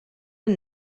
and